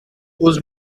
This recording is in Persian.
عذر